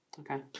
Okay